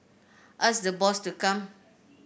ask the boss to come